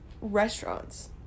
restaurants